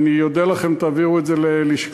ואני אודה לך אם תעבירו את זה ללשכתי.